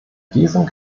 diesem